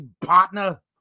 partner